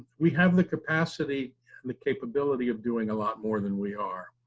we have the capacity and the capability of doing a lot more than we are.